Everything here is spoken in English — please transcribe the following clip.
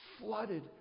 flooded